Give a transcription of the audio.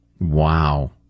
Wow